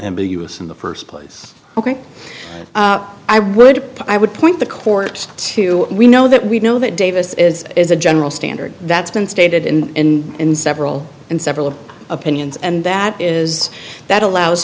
us in the first place ok i would i would point the court to we know that we know that davis is is a general standard that's been stated in and several and several of opinions and that is that allows